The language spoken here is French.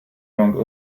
langue